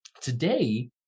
Today